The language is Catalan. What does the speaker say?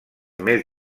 més